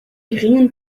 geringen